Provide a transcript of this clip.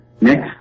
next